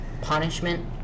punishment